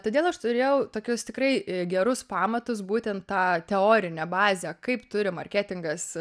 todėl aš turėjau tokius tikrai gerus pamatus būtent tą teorinę bazę kaip turi marketingas